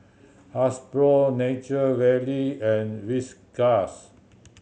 Hasbro Nature Valley and Whiskas